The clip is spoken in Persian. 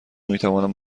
میتوانم